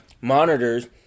monitors